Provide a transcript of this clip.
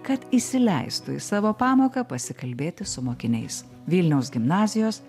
kad įsileistų į savo pamoką pasikalbėti su mokiniais vilniaus gimnazijos